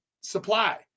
supply